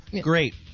Great